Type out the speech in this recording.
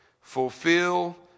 Fulfill